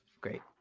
great